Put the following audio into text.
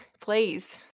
please